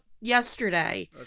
yesterday